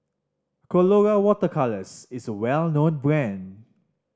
Colora Water Colours is a well known brand